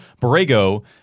Borrego